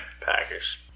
Packers